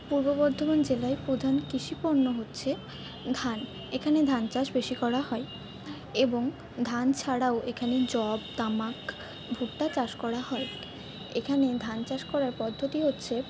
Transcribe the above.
পূর্ব বর্ধমান জেলায় প্রধান কৃষিপণ্য হচ্ছে ধান এখানে ধান চাষ বেশি করা হয় এবং ধান ছাড়াও এখানে যব তামাক ভুট্টা চাষ করা হয় এখানে ধান চাষ করার পদ্ধতি হচ্ছে